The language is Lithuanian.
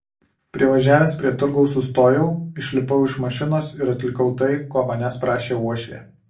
privažiavęs prie turgaus sustojau išlipau iš mašinos ir atlikau tai ko manęs prašė uošvė